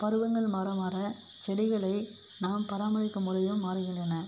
பருவங்கள் மாற மாற செடிகளை நாம் பராமரிக்கும் முறைகளும் மாறுகின்றன